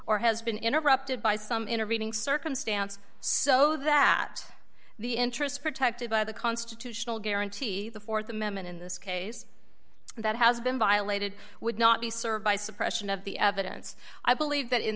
or has been interrupted by some intervening circumstance so that the interests protected by the constitutional guarantee the th amendment in this case that has been violated would not be served by suppression of the evidence i believe that in